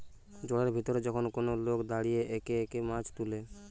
জলের ভিতরে যখন কোন লোক দাঁড়িয়ে একে একে মাছ তুলে